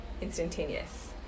instantaneous